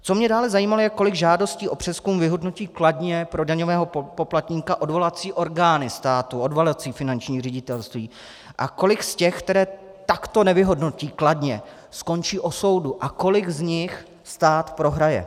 Co mě dále zajímalo, je, kolik žádostí o přezkum vyhodnotí kladně pro daňového poplatníka odvolací orgány státu, odvolací finanční ředitelství, a kolik z těch, které takto nevyhodnotí kladně, skončí u soudu a kolik z nich stát prohraje.